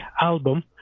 album